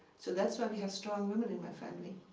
so that's why we have strong women in my family.